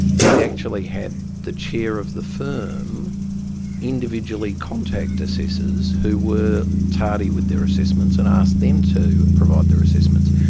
we'd actually had the chair of the firm individually contact assessors who were tardy with their assessments and asked them to provide their assessments.